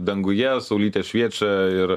danguje saulytė šviečia ir